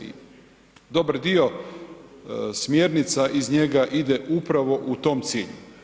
I dobar dio smjernica iz njega ide upravo u tom cilju.